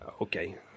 Okay